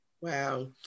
Wow